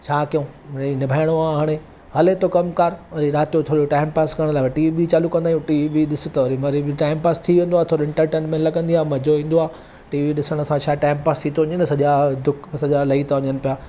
छा कयूं मिड़ई निभाइणो आहे हाणे हले थो कमकारि वरी राति जो थोरो टाइमपास करण लाइ वरी टीवी बीवी चालू कंदा आहियूं टीवी बीवी ॾिसि त वरी वरी बि टाइमपास थी वेंदो आहे थोरी एंटरटेनमेंट लॻंदी आहे मज़ो ईंदो आहे टीवी ॾिसण सां छा आहे टाइमपास थी थो वञे न सॼा दुखु सॼा लही था वञनि पिया